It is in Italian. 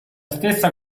stessa